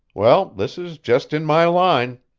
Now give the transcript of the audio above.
well, this is just in my line.